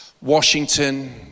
Washington